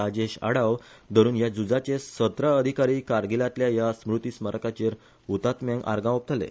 राजेश आडाव धरुन ह्या झुजाचे सतरा अधिकारी कारगीलांतल्या ह्या स्मृती स्मारकाचेर हुतात्म्यांक आर्गा ओंपतले